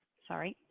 sorry,